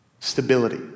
Stability